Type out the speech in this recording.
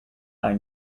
are